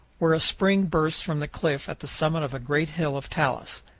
where a spring bursts from the cliff at the summit of a great hill of talus.